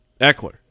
Eckler